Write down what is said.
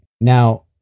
now